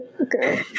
Okay